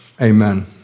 Amen